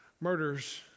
Murders